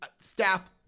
staff